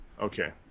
Okay